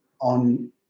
on